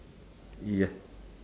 ya